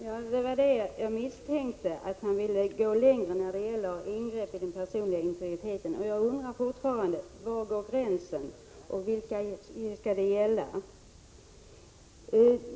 Fru talman! Det var det jag misstänkte — att man ville gå längre när det gäller ingrepp i den personliga integriteten. Jag undrar fortfarande: Var går gränsen och vilka skall det gälla?